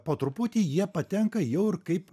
po truputį jie patenka jau ir kaip